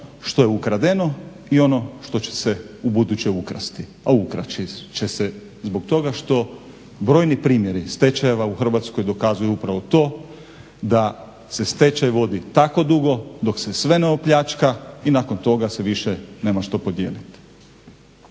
što je ukradeno i ono što će se u buduće ukrasti, a ukrast će se zbog toga što brojni primjeri stečajeva u Hrvatskoj dokazuju upravo to da se stečaj vodi tako dugo dok se sve ne opljačka i nakon toga se više nema što podijeliti.